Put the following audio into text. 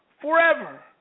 forever